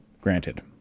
Granted